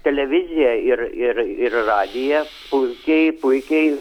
televizija ir ir ir radijas puikiai puikiai